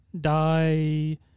die